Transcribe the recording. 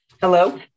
Hello